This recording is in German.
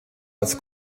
als